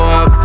up